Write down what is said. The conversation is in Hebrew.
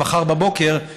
ממחר בבוקר,